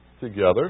together